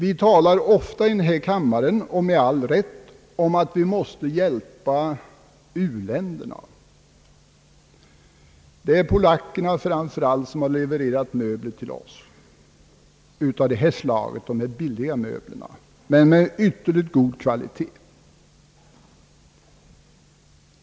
I den här kammaren talar vi ofta, och detta med all rätt, om att vi måste hjälpa u-länderna. Det är framför allt Polen som levererat de billiga möblerna till oss med ytterligt god kvalitet.